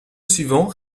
suivant